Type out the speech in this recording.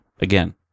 again